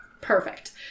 Perfect